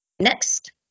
Next